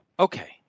Okay